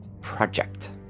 project